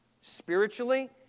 spiritually